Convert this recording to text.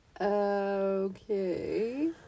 Okay